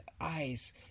eyes